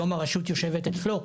היום הרשות יושבת אצלו.